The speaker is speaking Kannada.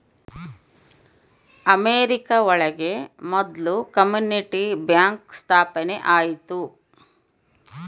ಅಮೆರಿಕ ಒಳಗ ಮೊದ್ಲು ಕಮ್ಯುನಿಟಿ ಬ್ಯಾಂಕ್ ಸ್ಥಾಪನೆ ಆಯ್ತು